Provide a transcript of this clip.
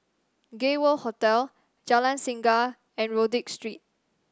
Gay World Hotel Jalan Singa and Rodyk Street